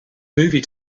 movie